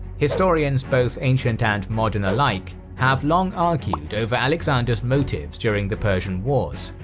historians both ancient and modern alike have long argued over alexander's motives during the persian wars.